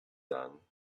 done